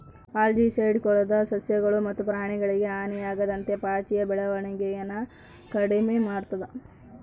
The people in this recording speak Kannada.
ಆಲ್ಜಿಸೈಡ್ ಕೊಳದ ಸಸ್ಯಗಳು ಮತ್ತು ಪ್ರಾಣಿಗಳಿಗೆ ಹಾನಿಯಾಗದಂತೆ ಪಾಚಿಯ ಬೆಳವಣಿಗೆನ ಕಡಿಮೆ ಮಾಡ್ತದ